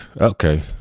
Okay